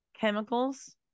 chemicals